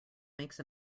makes